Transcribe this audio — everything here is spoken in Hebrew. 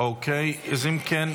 אם כן,